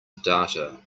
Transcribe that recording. data